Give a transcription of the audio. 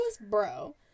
Bro